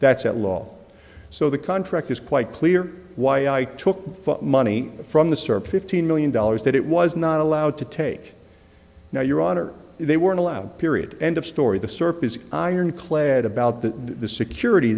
that's at law so the contract is quite clear why i took money from the surplus ten million dollars that it was not allowed to take now your honor they weren't allowed period end of story the serp is ironclad about that the security